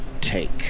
take